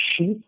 sheep